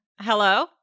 Hello